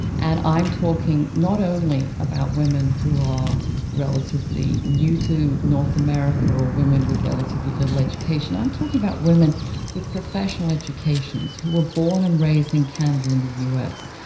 and i'm talking not only about women who are relatively new to north america or women with relatively little education, i'm talking about women with professional educations, who were born and raised in canada and the us,